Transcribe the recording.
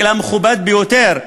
אלא המכובד ביותר,